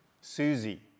Susie